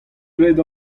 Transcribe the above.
graet